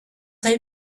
take